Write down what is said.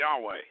Yahweh